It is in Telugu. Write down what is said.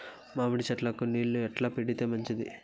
మామిడి చెట్లకు నీళ్లు ఎట్లా పెడితే మంచిది?